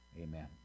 amen